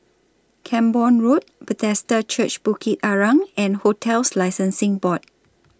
Camborne Road Bethesda Church Bukit Arang and hotels Licensing Board